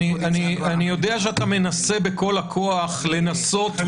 התעלמה ממה שבמכוון נעשה במגילת העצמאות,